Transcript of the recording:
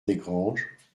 desgranges